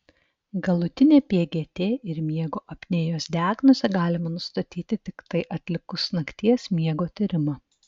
galutinę pgt ir miego apnėjos diagnozę galima nustatyti tiktai atlikus nakties miego tyrimą